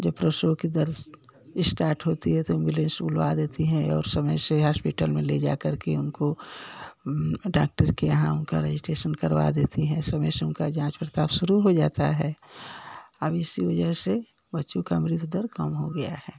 जब प्रसव की दर्द इश्टाट होती है तो एम्बुलेंस बुलवा देती है और समय से हाशपिटल में ले जा कर के उनको डाक्टर के यहाँ उनका रजिस्ट्रेशन करवा देती हैं समय से उनका जाँच पड़ताल शुरू हो जाता है और इसी वजह से बच्चों का मृत्यु दर कम हो गया है